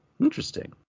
interesting